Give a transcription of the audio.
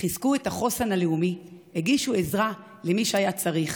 חיזקו את החוסן הלאומי, הגישו עזרה למי שהיה צריך,